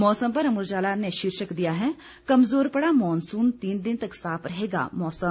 मौसम पर अमर उजाला ने शीर्षक दिया है कमजोर पड़ा मानसून तीन दिन तक साफ रहेगा मौसम